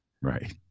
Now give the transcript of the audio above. Right